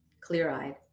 clear-eyed